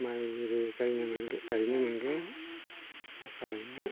माइ इरि गायनो मोनगोन